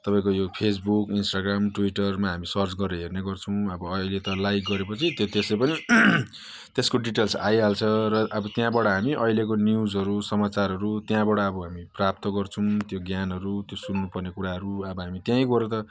तपाईँको यो Facebook Instagram ट्विटरमा हामी सर्च गरेर हेर्ने गर्छौँ अब अहिले त लाइक गरे पछि त्यो त्यसै पनि त्यसको डिटेल्स आइहाल्छ र अब त्यहाँबाट हामी अहिलेको न्युजहरू समचारहरू त्यहाँबाट अब हामी प्राप्त गर्छौँ त्यो ज्ञानहरू त्यो सुन्नु पर्ने कुराहरू अब हामी त्यहीँ गएर त